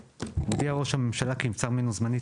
(2)הודיע ראש הממשלה כי נבצר ממנו זמנית